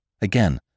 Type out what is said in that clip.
Again